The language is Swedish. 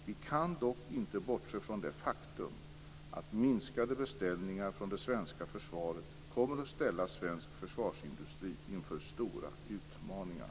Vi kan dock inte bortse från det faktum att minskade beställningar från det svenska försvaret kommer att ställa svensk försvarsindustri inför stora utmaningar.